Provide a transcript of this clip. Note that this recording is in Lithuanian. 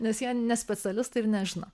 nes jie ne specialistai ir nežino